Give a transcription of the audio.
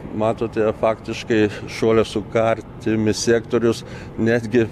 matote faktiškai šuolio su kartimi sektorius netgi